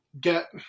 get